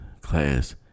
class